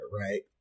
right